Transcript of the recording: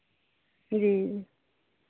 जी